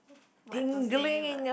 what to say but